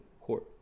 court